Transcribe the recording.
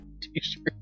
t-shirt